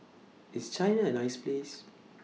IS China A nice Place